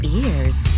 ears